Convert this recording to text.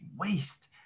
waste